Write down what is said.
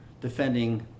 defending